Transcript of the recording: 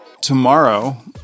Tomorrow